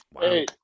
Hey